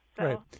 Right